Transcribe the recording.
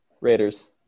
Raiders